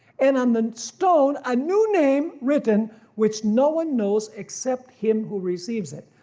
and on the stone a new name written which no one knows except him who receives it.